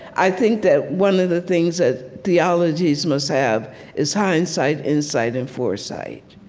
i think that one of the things that theologies must have is hindsight, insight, and foresight.